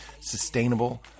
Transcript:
sustainable